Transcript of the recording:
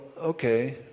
okay